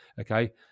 okay